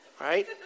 right